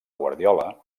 guardiola